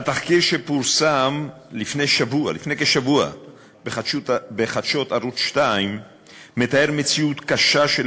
התחקיר שפורסם לפני כשבוע בחדשות ערוץ 2 מתאר מציאות קשה של